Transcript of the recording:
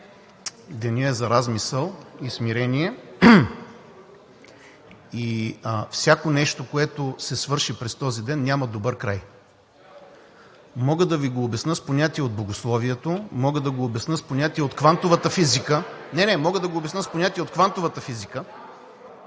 денят е за размисъл и смирение, и всяко нещо, което се свърши през този ден, няма добър край. Мога да Ви го обясня с понятие от Богословието, мога да го обясня с понятие от квантовата физика. (Шум и реплики.) Не, не, мога да го обясня с понятие от квантовата физика,